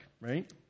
right